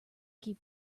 keep